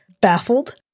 baffled